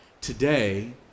Today